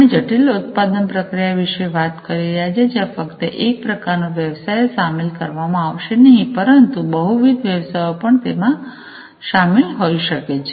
આપણે જટિલ ઉત્પાદન પ્રક્રિયા વિશે વાત કરી રહ્યા છીએ જ્યાં ફક્ત એક પ્રકારનો વ્યવસાય જ સામેલ કરવામાં આવશે નહીં પરંતુ બહુવિધ વ્યવસાયો પણ તેમાં શામેલ હોઈ શકે છે